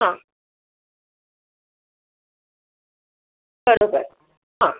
हं बरं बरं हं